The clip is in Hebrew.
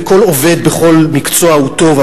וכל עובד בכל מקצוע הוא טוב,